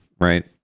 right